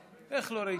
איך לא ראיתיך.